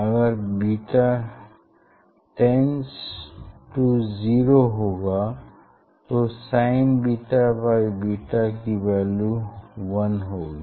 अगर beta tends to zero होगा तो sinββ की वैल्यू वन होगी